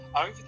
over